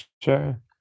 Sure